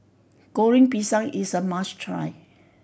Goreng Pisang is a must try